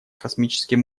космическим